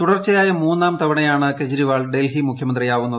തുടർച്ചയായ മൂന്നാം തവണയാണ് കേജരിവാൾ ഡൽഹി മുഖ്യമന്ത്രിയാവുന്നത്